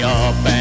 up